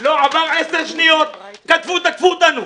לא עברו 10 שניות, כתבו, תקפו אותנו.